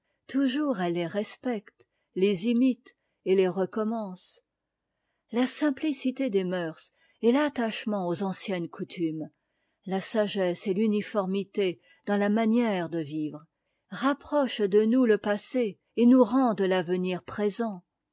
toujours elle les respecte les imite et les recommence la simplicité des mœurs et l'attachement aux anciennes coutumes la sagesse et l'uniformité dans la manière de vivre rapprochent de nous le passé et nous rendent l'avenir présent